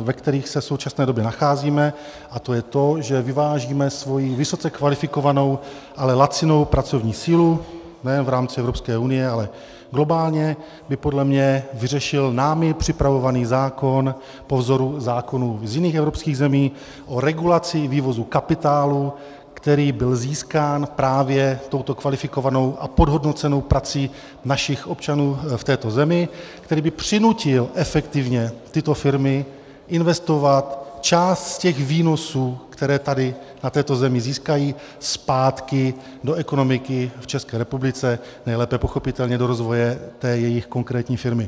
ve kterých se v současné době nacházíme, a to je to, že vyvážíme svoji vysoce kvalifikovanou, ale lacinou pracovní sílu nejenom v rámci Evropské unie, ale globálně, by podle mě vyřešil námi připravovaný zákon po vzoru zákonů z jiných evropských zemí o regulaci vývozu kapitálu, který byl získán právě touto kvalifikovanou a podhodnocenou prací našich občanů v této zemi, který by přinutil efektivně tyto firmy investovat část z těch výnosů, které tady na této zemi získají, zpátky do ekonomiky v České republice, nejlépe pochopitelně do rozvoje té jejich konkrétní firmy.